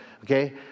okay